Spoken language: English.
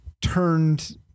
turned